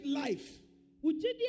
life